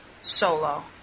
solo